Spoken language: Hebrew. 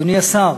אדוני השר,